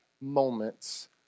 moments